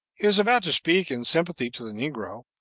he was about to speak in sympathy to the negro,